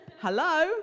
Hello